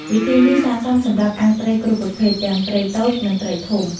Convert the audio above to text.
វិធីនេះស័ក្តិសមសម្រាប់អាំងត្រីគ្រប់ប្រភេទ ទាំងត្រីតូច និងត្រីធំ។